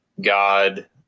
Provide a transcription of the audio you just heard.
God